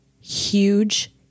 Huge